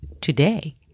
today